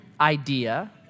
idea